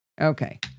okay